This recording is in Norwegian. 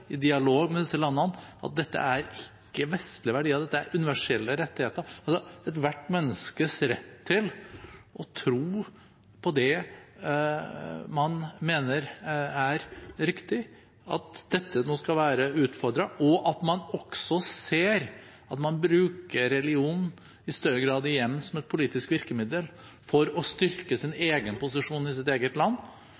i dialog med disse landene, at dette ikke er vestlige verdier, at dette er universelle rettigheter, altså ethvert menneskes rett til å tro på det man mener er riktig? At dette nå skal være utfordret, og at man også ser at man igjen bruker religionen i større grad som et politisk virkemiddel for å styrke sin